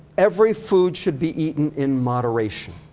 every food should be eaten in moderation.